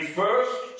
first